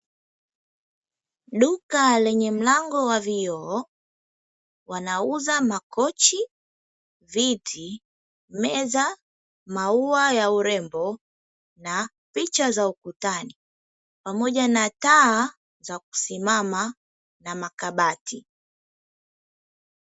Duka lenye mlango wa vioo wanauza makochi, viti, meza, maua ya urembo na picha za ukutani pamoja na taa za kusimama na makabati.